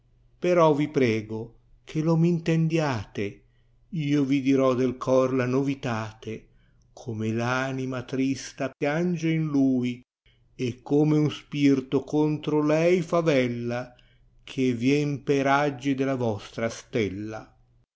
però vi prego che lo m intendiate io yì dirò del cor la novitate come v anima trista piange in lui e come un spirto contro lei favella che vien pe raggi della vostra stella